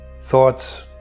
thoughts